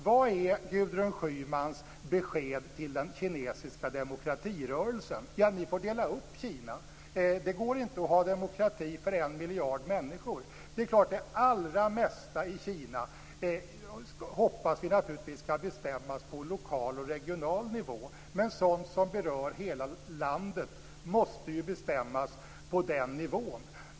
Vad är Gudrun Schymans besked till den kinesiska demokratirörelsen, att de får dela upp Kina, att det inte går att ha demokrati för en miljard människor? Naturligtvis hoppas vi att det allra mesta i Kina skall bestämmas på lokal och regional nivå, men sådant som berör hela landet måste ju bestämmas på den nivån.